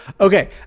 okay